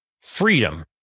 freedom